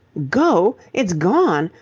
go! it's gone!